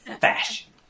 Fashion